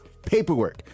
paperwork